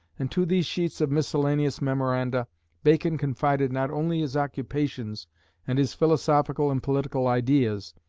and to these sheets of miscellaneous memoranda bacon confided not only his occupations and his philosophical and political ideas,